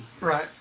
Right